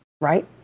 right